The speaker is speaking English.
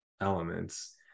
elements